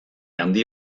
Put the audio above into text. handi